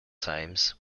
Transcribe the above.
times